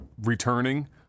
returning